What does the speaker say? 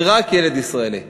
ורק ילד ישראלי.